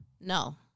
No